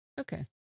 Okay